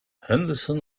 henderson